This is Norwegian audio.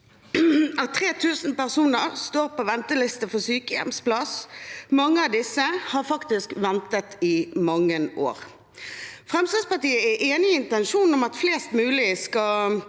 at 3 000 personer står på venteliste for sykehjemsplass, og mange av disse har faktisk ventet i mange år. Fremskrittspartiet er enig i intensjonen om at flest mulig skal